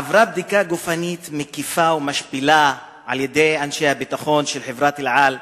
עברה בדיקה גופנית מקיפה ומשפילה על-ידי אנשי הביטחון של חברת "אל על",